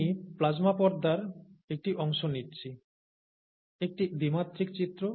আমি প্লাজমা পর্দার একটি অংশ নিচ্ছি একটি দ্বিমাত্রিক চিত্র